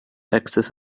axis